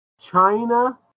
China